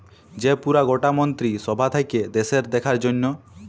যে পুরা গটা মন্ত্রী সভা থাক্যে দ্যাশের দেখার জনহ